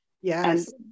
Yes